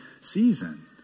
season